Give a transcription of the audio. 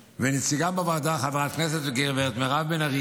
ונציגתם בוועדה חברת הכנסת גב' מירב בן ארי,